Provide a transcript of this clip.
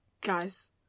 Guys